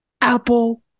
Apple